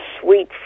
sweet